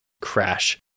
crash